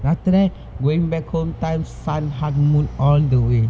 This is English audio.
then after that going back home time sun hugged moon all the way